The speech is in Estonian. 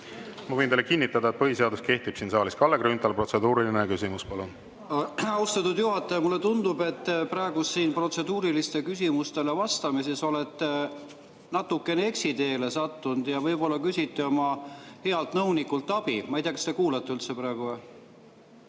Ma võin teile kinnitada, et põhiseadus kehtib siin saalis. Kalle Grünthal, protseduuriline küsimus, palun! Austatud juhataja! Mulle tundub, et praegu siin protseduurilistele küsimustele vastamisel olete natukene eksiteele sattunud, ja võib-olla küsite oma healt nõunikult abi. Ma ei tea, kas te kuulate üldse praegu.